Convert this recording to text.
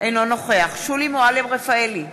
אינו נוכח שולי מועלם-רפאלי,